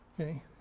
Okay